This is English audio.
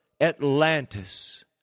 Atlantis